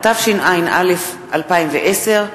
התשע"א 2010,